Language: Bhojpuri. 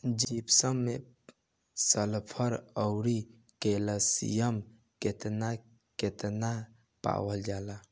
जिप्सम मैं सल्फर औरी कैलशियम कितना कितना पावल जाला?